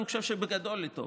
אני חושב שבגדול לטוב,